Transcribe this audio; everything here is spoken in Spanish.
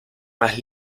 más